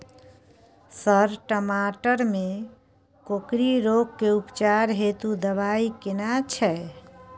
Sir टमाटर में कोकरि रोग के उपचार हेतु दवाई केना छैय?